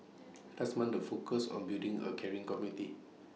last month the focus on building A caring community